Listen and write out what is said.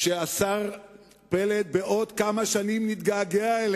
השר פלד, שבעוד כמה שנים נתגעגע אל